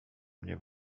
mnie